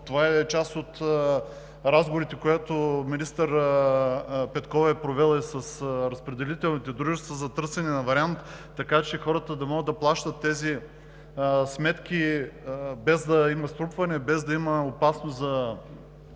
Това е част от разговорите, които министър Петкова е провела и с разпределителните дружества за търсене на вариант, така че хората да могат да плащат тези сметки без да има струпване, без да има опасност за